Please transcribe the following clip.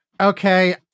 Okay